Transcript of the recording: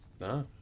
No